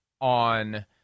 on